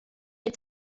nie